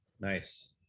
nice